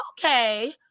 okay